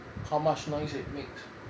how much noise it makes